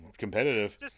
competitive